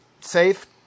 Safe